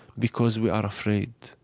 because we are afraid,